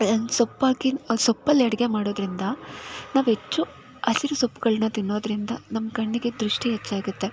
ಸೊಪ್ಪಾಕಿ ಸೊಪ್ಪಲ್ಲಿ ಅಡುಗೆ ಮಾಡೋದರಿಂದ ನಾವು ಹೆಚ್ಚು ಹಸಿರು ಸೊಪ್ಪುಗಳನ್ನ ತಿನ್ನೋದರಿಂದ ನಮ್ಮ ಕಣ್ಣಿಗೆ ದೃಷ್ಟಿ ಹೆಚ್ಚಾಗುತ್ತೆ